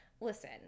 listen